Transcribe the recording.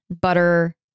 butter